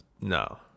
no